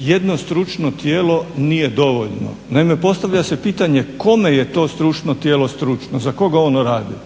jedno stručno tijelo nije dovoljno. Naime, postavlja se pitanje kome je to stručno tijelo stručno, za koga ono radi.